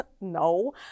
No